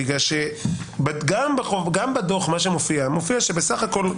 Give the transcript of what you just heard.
בגלל שגם בדו"ח מופיע שבסך הכל,